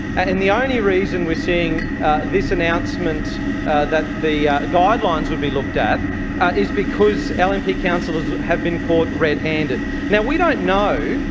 and the only reason we're seeing this announcement that the guidelines would be looked at is because um lnp councillors have been caught red-handed. now, we don't know,